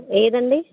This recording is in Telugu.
ఏదండి